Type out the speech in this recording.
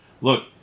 look